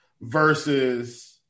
versus